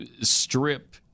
strip